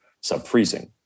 sub-freezing